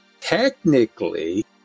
technically